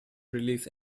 release